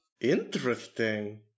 interesting